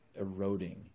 eroding